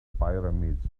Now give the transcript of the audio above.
pyramids